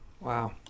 Wow